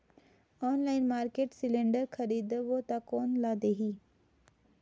Online market cylinder खरीदबो ता कोन ला देही?